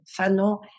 Fanon